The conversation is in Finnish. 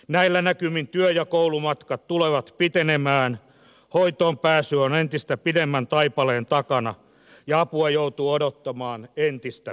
näillä näkymin työ ja koulumatkat tulevat pitenemään hoitoon pääsy on entistä pidemmän taipaleen takana ja apua joutuu odottamaan entistä pitempään